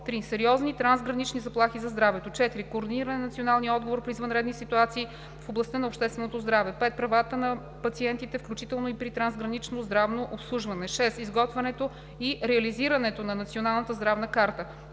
3. сериозни трансгранични заплахи за здравето; 4. координиране на националния отговор при извънредни ситуации в областта на общественото здраве; 5. правата на пациентите, включително и при трансгранично здравно обслужване; 6. изготвянето и реализирането на Националната здравна карта;